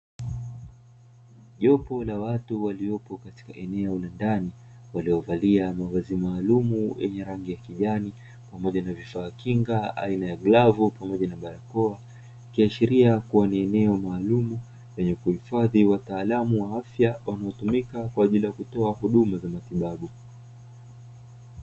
Jopo la watu waliopo katika eneo la ndani waliyovalia mavazi maalumu, yenye rangi ya kijani pamoja na vifaa kinga aina ya glavu pamoja na barakoa ikiashiria kuwa ni eneo maalumu lenye lakuhifadhi wataalamu wa afya wanaotumika kwa ajili ya kutoa huduma za matibabu.